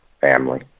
family